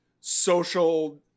social